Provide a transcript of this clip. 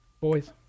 Boys